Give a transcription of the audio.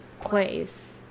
place